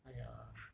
!haiya!